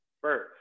first